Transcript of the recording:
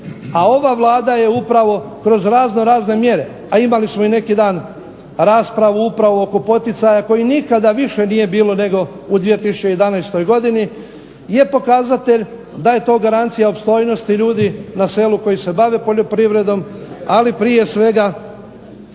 a ova Vlada je upravo kroz razno razne mjere, a imali smo neki dan upravo raspravu oko poticaja kojih nikada više nije bilo nego u 2011. godini je pokazatelj da je to garancija opstojnosti ljudi na selu koji se bave poljoprivredom, ali prije svega